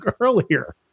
earlier